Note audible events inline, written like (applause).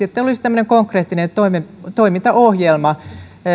(unintelligible) että olisi tämmöinen konkreettinen toimintaohjelma